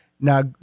Now